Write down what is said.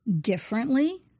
differently